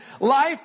life